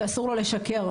שאסור לו לשקר,